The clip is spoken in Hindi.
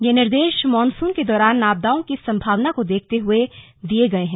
यह निर्देश मानसून के दौरान आपदाओं की संभावना को देखते हुए दिए गए हैं